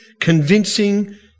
convincing